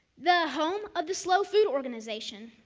the home of the slow food organization.